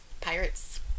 pirates